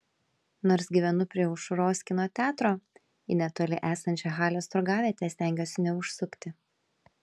nors gyvenu prie aušros kino teatro į netoli esančią halės turgavietę stengiuosi neužsukti